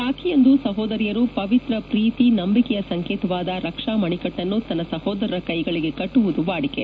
ರಾಖಿಯಂದು ಸಹೋದರಿಯರು ಪವಿತ್ರ ಪ್ರೀತಿ ನಂಬಿಕೆಯ ಸಂಕೇತವಾದ ರಕ್ಷಾ ಮಣಿಕಟ್ಟನ್ನು ತನ್ನ ಸಹೋದರರ ಕೈಗಳಿಗೆ ಕಟ್ಟುವುದು ವಾಡಿಕೆ